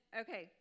Okay